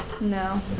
No